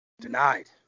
Denied